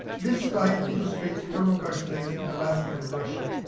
this slide illustrates thermokarst lakes in alaska and russia.